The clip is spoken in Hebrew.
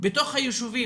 בתוך היישובים,